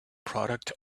product